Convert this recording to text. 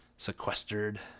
sequestered